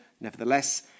nevertheless